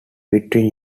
between